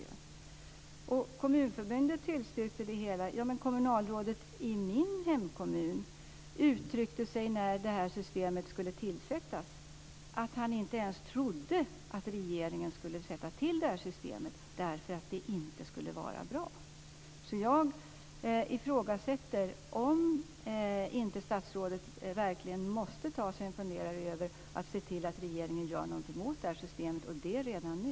Statsrådet sade att Kommunförbundet tillstyrkte det hela. Men kommunalrådet i min hemkommun uttryckte när detta system skulle införas att han inte ens trodde att regeringen skulle sätta i gång detta system därför att det inte skulle vara bra. Jag undrar om inte statsrådet måste ta sig en funderare och se till att regeringen gör något åt detta system, och det redan nu.